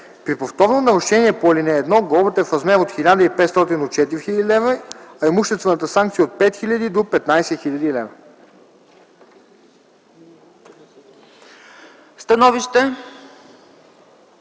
При повторно нарушение по ал. 1 глобата е в размер от 1500 до 4000 лв., а имуществената санкция – от 5000 до 15 000 лв.”